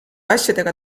asjadega